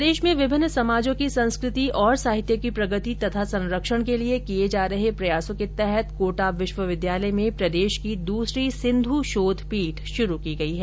प्रदेश में विभिन्न समाजों की संस्कृति और साहित्य की प्रगति तथा संरक्षण के लिए किए जा रहे प्रयासों के तहत कोटा विश्वविद्यालय में प्रदेश की दूसरी सिन्धु शोध पीठ शुरू की गई है